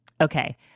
Okay